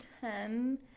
ten